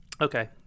okay